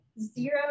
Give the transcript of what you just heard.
zero